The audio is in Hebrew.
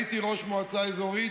הייתי ראש מועצה אזורית,